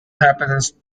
happens